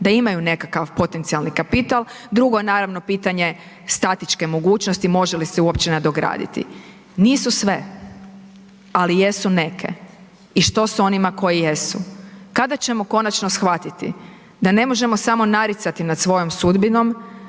da imaju nekakav potencijalni kapital, drugo je naravno pitanje statičke mogućnosti može li se uopće nadograditi. Nisu sve, ali jesu neke i što s onima koje jesu. Kada ćemo konačno shvatiti da ne možemo samo naricati nad svojom sudbinom